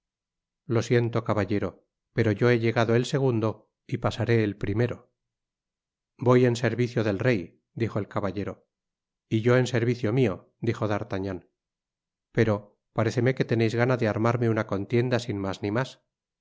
lo siento caballero pero yo he llegado el segundo y pasaré el primero voy en servicio del rey dijo el caballero y yo en servicio mio dijo d'artagnan pero paréceme que teneis gana de armarme una contienda sin mas ni mas